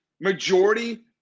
majority